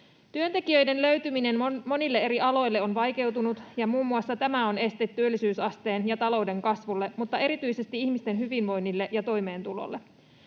Työntekijöiden löytyminen on vaikeutunut monilla eri aloilla, ja muun muassa tämä on este työllisyysasteen ja talouden kasvulle, mutta erityisesti ihmisten hyvinvoinnille ja toimeentulolle.